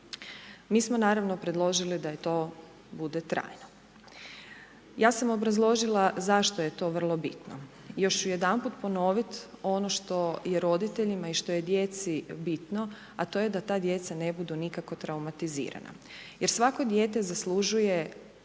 Mi smo naravno predložili da to bude trajno. Ja sam obrazložila zašto je to vrlo bitno. Još ću jedanput ponovit ono što je roditeljima i što je djeci bitno, a to je da ta djeca ne budu nikako traumatizirana jer svako dijete zaslužuje